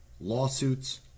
lawsuits